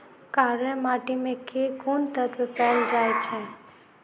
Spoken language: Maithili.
कार्य माटि मे केँ कुन तत्व पैल जाय छै?